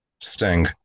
Sting